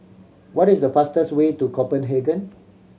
what is the fastest way to Copenhagen